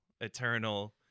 eternal